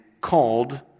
called